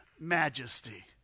majesty